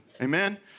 Amen